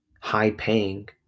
high-paying